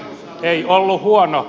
ei ollut huono